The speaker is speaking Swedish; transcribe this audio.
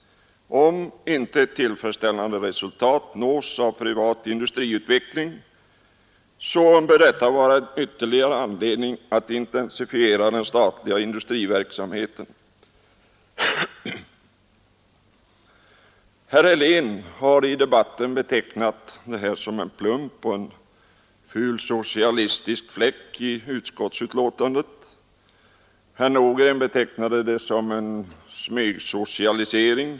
Om inte ett tillfredsställande resultat nås av privat industriutveckling bör detta vara en ytterligare anledning att intensifiera den statliga industriverksamheten.” Herr Helén har i debatten betecknat dessa rader som en plump och som en ful socialistisk fläck i utskottsutlåtandet. Herr Nordgren betecknar dem som försök till smygsocialisering.